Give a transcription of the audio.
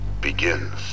begins